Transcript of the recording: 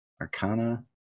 Arcana